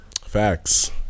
facts